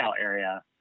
area